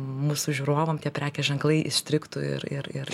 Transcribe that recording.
mūsų žiūrovam tie prekės ženklai įstrigtų ir ir ir